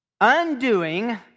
Undoing